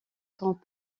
sont